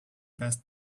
best